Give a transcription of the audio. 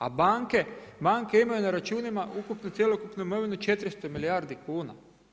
A banke, banke imaju na računima ukupnu cjelokupnu imovinu 400 milijardi kuna.